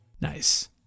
Nice